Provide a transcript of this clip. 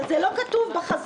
אבל זה לא כתוב בחזון.